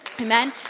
Amen